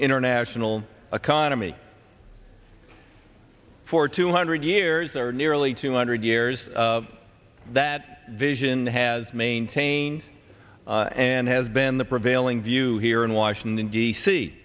international economy for two hundred years or nearly two hundred years that vision has maintained and has been the prevailing view here in washington d